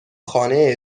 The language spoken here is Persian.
خانه